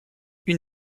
une